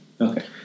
Okay